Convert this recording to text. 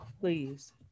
Please